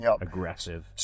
aggressive